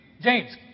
James